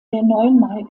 neunmal